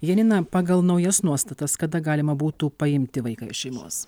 janina pagal naujas nuostatas kada galima būtų paimti vaiką iš šeimos